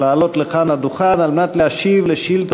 לעלות לכאן לדוכן על מנת להשיב על שאילתה